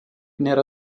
nėra